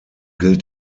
gilt